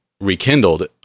rekindled